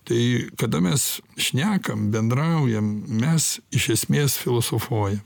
tai kada mes šnekam bendraujam mes iš esmės filosofuoja